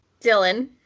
Dylan